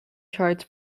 charts